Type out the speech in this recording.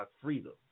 freedom